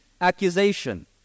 accusation